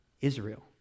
Israel